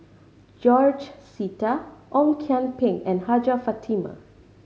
George Sita Ong Kian Peng and Hajjah Fatimah